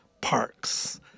parks